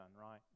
right